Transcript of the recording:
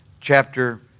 chapter